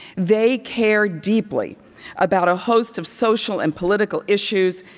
they care deeply about a host of social and political issues,